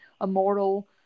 immortal